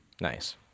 Nice